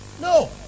no